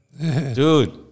Dude